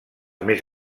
més